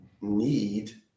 need